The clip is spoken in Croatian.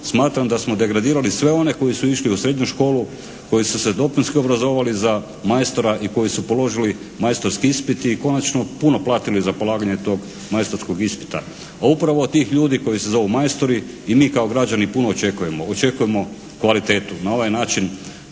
Smatram da smo degradirali sve one koji su išli u srednju školu, koji su se dopunski obrazovali za majstora i koji su položili majstorski ispit i konačno puno platili za polaganje tog majstorskog ispita. Pa upravo od tih ljudi koji se zovu majstori i mi kao građani puno očekujemo, očekujemo kvalitetu. Na ovaj način